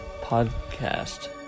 podcast